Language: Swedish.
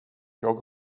jag